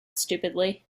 stupidly